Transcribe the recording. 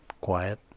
quiet